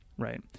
Right